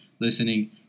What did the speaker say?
listening